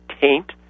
taint